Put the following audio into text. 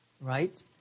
Right